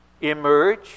emerge